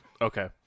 Okay